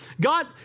God